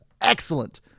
excellent